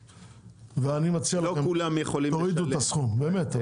ואני מציע לכם תורידו את הסכום, באמת.